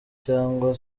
cyangwa